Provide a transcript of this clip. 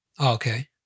Okay